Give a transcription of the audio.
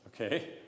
Okay